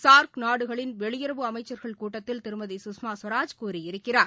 SAARC நாடுகளின் வெளியுறவு அமைச்சர்கள் கூட்டத்தில்திருமதி குஷ்மா குவராஜ் கூறியிருக்கிறார்